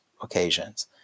occasions